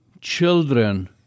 children